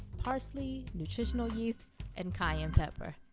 parsley, nutritional yeast and cayenne pepper.